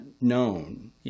known